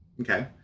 Okay